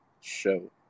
show